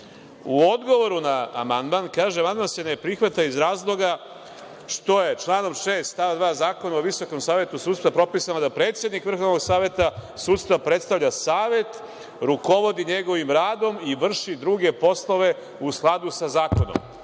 odgovoru na amandman kaže – amandman se ne prihvata iz razloga što je članom 6. stav 2. Zakona o Visokom savetu sudstva propisano da predsednik Vrhovnog saveta sudstva predstavlja Savet, rukovodi njegovim radom i vrši druge poslove u skladu sa zakonom. Ovo